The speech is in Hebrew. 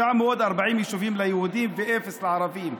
940 יישובים ליהודים ואפס לערבים.